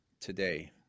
today